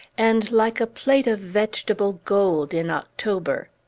and like a plate of vegetable gold in october.